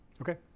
Okay